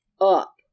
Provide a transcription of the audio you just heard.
up